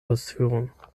ausführung